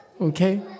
Okay